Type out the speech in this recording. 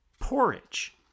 porridge